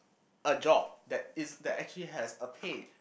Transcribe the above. a job that is that actually has a pay